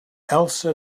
elsa